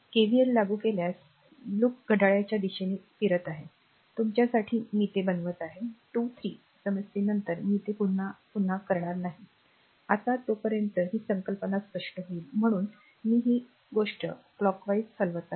KVL लागू केल्यास देखावा घड्याळाच्या दिशेने फिरत आहे तुमच्यासाठी मी ते बनवत आहे 2 3 समस्येनंतर मी ते पुन्हा पुन्हा करणार नाही आता तोपर्यंत r ही संकल्पना स्पष्ट होईल म्हणून मी ही गोष्ट घड्याळानुसार हलवत आहे